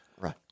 Right